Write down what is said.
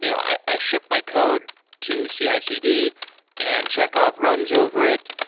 you know i i ship my code to cicd and chekhov runs over it.